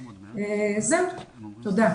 תודה.